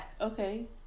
Okay